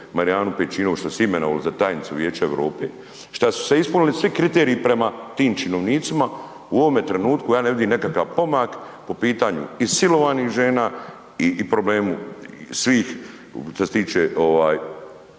Marijanu Pejčinović, što su imenovali za tajnicu Vijeća Europe, šta su se ispunili svi kriteriji prema tim činovnicima, u ovome trenutku ja ne vidim nekakav pomak po pitanju i silovanih žena i problemu svih šta se tiče ovaj